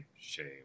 shame